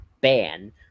ban